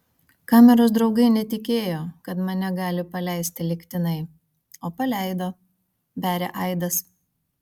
kameros draugai netikėjo kad mane gali paleisti lygtinai o paleido beria aidas